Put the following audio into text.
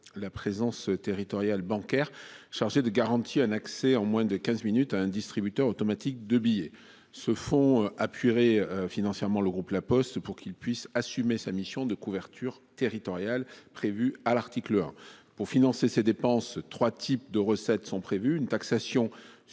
la présence territoriale bancaire chargé de garantir un accès en moins de 15 minutes à un distributeur automatique de billets se font appuierai financièrement le groupe La Poste, pour qu'il puisse assumer sa mission de couverture territoriale prévue à l'article 1 pour financer ces dépenses 3 types de recettes sont prévues